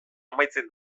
amaitzen